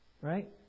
Right